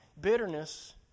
Bitterness